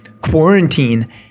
quarantine